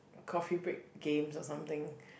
coffee break games or something